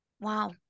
Wow